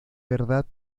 verdad